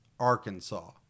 Arkansas